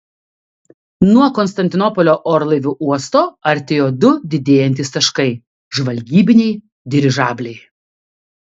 nuo konstantinopolio orlaivių uosto artėjo du didėjantys taškai žvalgybiniai dirižabliai